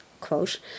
quote